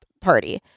party